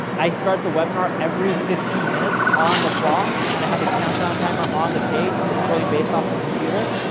i start the webinar every fifteen minutes on the clock, and i have a countdown timer on the page. it's going based off the computer,